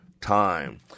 time